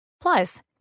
Plus